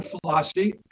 philosophy